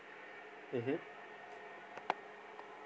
mmhmm